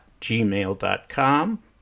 gmail.com